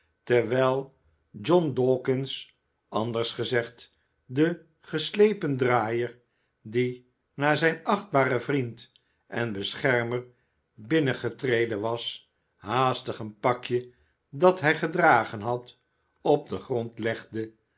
terwijl john dawkins anders gezegd de geslepen draaier die na zijn achtbaren vriend en beschermer binnengetreden was haastig een pakje dat hij gedragen had op den grond legde